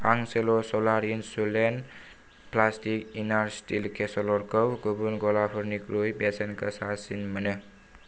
आं सेल' स'लार इन्सुलेटेद प्लास्टिक इन्नार स्टिल केसेर'लखौ गुबुन गलाफोरनिख्रुइ बेसेन गोसासिन मोनो